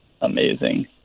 amazing